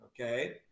okay